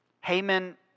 Haman